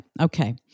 okay